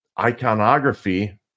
iconography